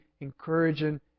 encouraging